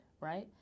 right